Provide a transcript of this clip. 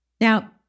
Now